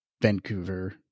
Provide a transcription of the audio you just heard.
Vancouver